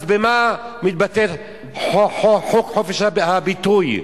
אז במה מתבטא חוק חופש הביטוי?